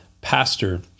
pastor